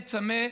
צמא,